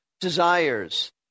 desires